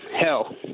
hell